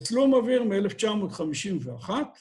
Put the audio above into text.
תצלום אוויר מ-1951.